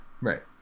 right